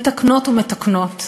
מתקנות ומתקנות,